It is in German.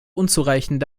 unzureichend